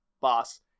boss